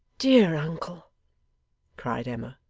dear uncle cried emma,